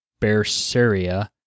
Berseria